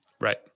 Right